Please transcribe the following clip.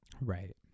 Right